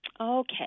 okay